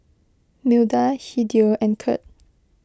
Milda Hideo and Kirt